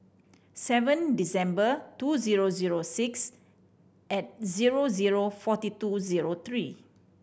seven December two zero zero six at zero zero forty two zero three